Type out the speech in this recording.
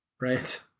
Right